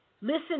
Listen